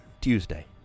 Tuesday